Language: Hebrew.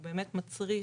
הוא באמת מצריך